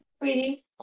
sweetie